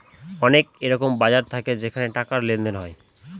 অনেক এরকম বাজার থাকে যেখানে টাকার লেনদেন হয়